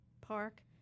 park